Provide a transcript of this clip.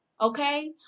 Okay